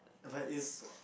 but is